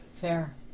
Fair